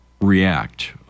react